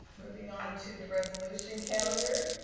moving on to the resolution calendar.